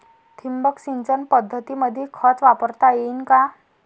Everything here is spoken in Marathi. ठिबक सिंचन पद्धतीमंदी खत वापरता येईन का?